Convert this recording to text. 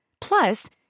Plus